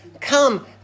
Come